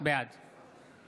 בעד